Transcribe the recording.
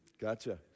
Gotcha